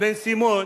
בן-סימון